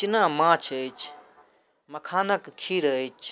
इचना माँछ अछि मखानके खीर अछि